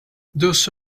those